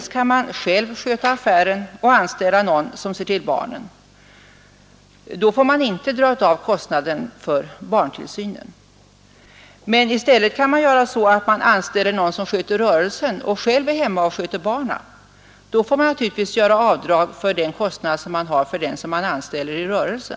Man kan själv sköta affären och anställa någon som ser till barnen. Då får man inte dra av kostnaden för barntillsynen. Men i stället kan man anställa någon som sköter rörelsen och själv vara hemma och sköta barnen. Då får man naturligtvis göra avdrag för den kostnad man har för den som man anställer i rörelsen.